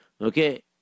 Okay